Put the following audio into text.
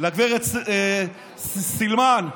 לגברת סילמן: